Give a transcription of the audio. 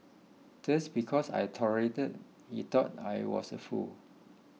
just because I tolerated he thought I was a fool